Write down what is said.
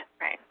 Right